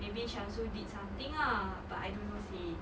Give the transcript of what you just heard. maybe Syamsul did something ah but I don't know seh